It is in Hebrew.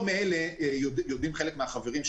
יודעים חלק מהחברים,